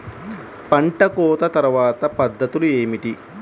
పంట కోత తర్వాత పద్ధతులు ఏమిటి?